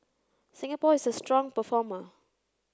Singapore is a strong performer